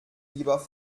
lieber